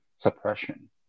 suppression